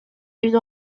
une